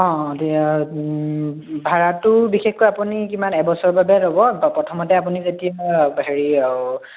অঁ ভাৰাটো বিশেষকৈ আপুনি কিমান এবছৰ বাবে ল'ব প প্ৰথমতে আপুনি যেতিয়া হেৰি